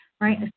right